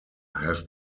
have